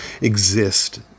exist